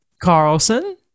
Carlson